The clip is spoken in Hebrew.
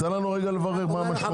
תן לנו לברר מה המשמעות.